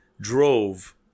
drove